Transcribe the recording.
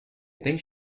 think